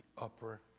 upper